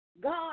God